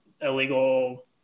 illegal